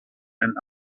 and